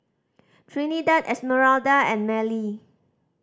Trinidad Esmeralda and Mellie